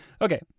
Okay